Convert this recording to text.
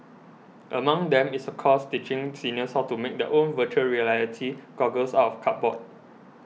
among them is a course teaching seniors how to make their own Virtual Reality goggles out of cardboard